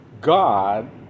God